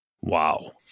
Wow